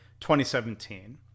2017